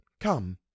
come